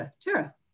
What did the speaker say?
Tara